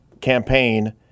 campaign